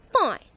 Fine